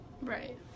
Right